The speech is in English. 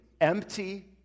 empty